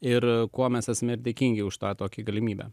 ir kuo mes esme dėkingi už tą tokį galimybę